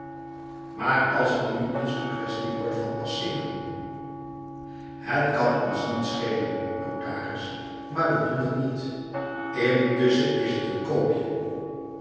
maar als het nu eens n kwestie wordt van passeren het kan ons niet schelen notaris maar we doen het niet intussen is het een koopje